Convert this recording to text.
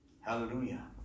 Hallelujah